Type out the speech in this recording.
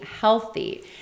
healthy